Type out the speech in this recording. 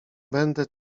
będę